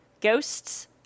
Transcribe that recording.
ghosts